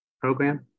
program